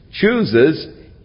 chooses